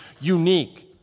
unique